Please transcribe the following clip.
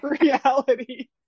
reality